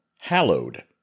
hallowed